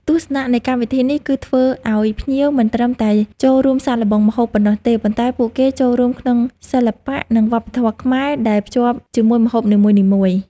ទស្សនៈនៃកម្មវិធីនេះគឺធ្វើឲ្យភ្ញៀវមិនត្រឹមតែ ចូលរួមសាកល្បងម្ហូប ប៉ុណ្ណោះទេ ប៉ុន្តែពួកគេចូលរួមក្នុងសិល្បៈ និងវប្បធម៌ខ្មែរដែលភ្ជាប់ជាមួយម្ហូបនីមួយៗ។